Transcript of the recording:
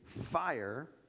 fire